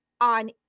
on